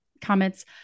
comments